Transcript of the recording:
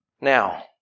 Now